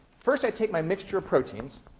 first, i take my mixture of proteins